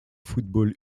football